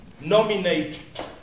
nominate